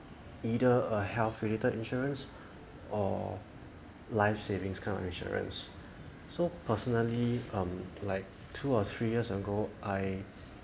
either a health related insurance or life savings kind of insurance so personally um like two or three years ago I